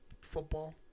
football